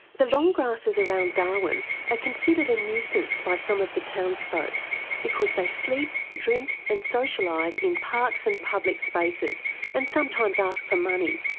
the long grassers around darwin are ah considered a nuisance by some of the townsfolk because they sleep, drink and socialise in parks and public spaces and sometimes ask for money.